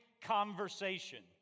conversation